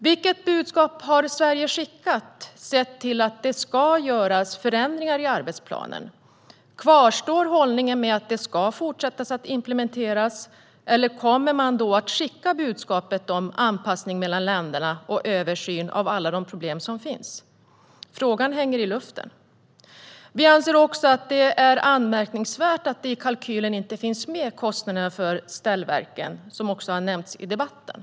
Vilket budskap har Sverige skickat, sett till att det ska göras förändringar i arbetsplanen? Kvarstår hållningen att implementeringen ska fortsätta, eller kommer man att skicka budskapet om anpassning mellan länderna och översyn av alla de problem som finns? Frågan hänger i luften. Vi anser att det är anmärkningsvärt att kostnaden för ställverken inte finns med i kalkylen, vilket också har nämnts i debatten.